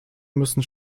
müssen